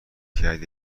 کرد